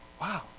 wow